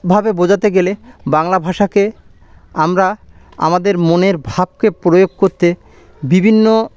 ভাবে বোঝাতে গেলে বাংলা ভাষাকে আমরা আমাদের মনের ভাবকে প্রয়োগ করতে বিভিন্ন